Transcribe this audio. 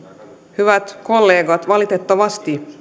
hyvät kollegat valitettavasti